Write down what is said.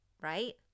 right